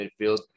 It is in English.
midfield